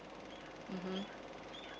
mmhmm